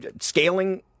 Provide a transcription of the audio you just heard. scaling